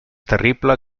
terrible